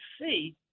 see